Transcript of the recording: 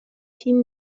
تیم